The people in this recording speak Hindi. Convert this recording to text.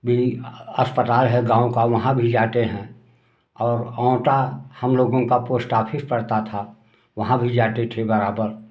भी अस्पताल है गाँव का वहाँ भी जाते हैं और औंटा हम लोगों का पोस्ट ऑफिस पड़ता था वहाँ भी जाते थे बराबर